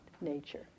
nature